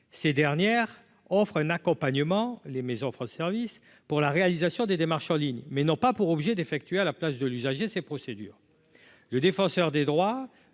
ces dernières offrent un accompagnement les maisons France service pour la réalisation des démarches en ligne mais non pas pour obliger d'effectuer à la place de l'usager, ces procédures, le défenseur des droits,